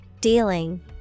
Dealing